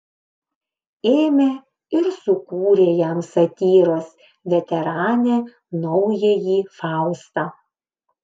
ėmė ir sukūrė jam satyros veteranė naująjį faustą